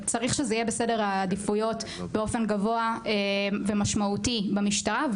צריך שזה יהיה בסדר העדיפויות באופן גבוה ומשמעותי במשטרה,